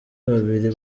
babiri